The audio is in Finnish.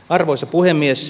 arvoisa puhemies